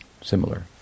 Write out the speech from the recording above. similar